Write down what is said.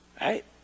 right